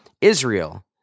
Israel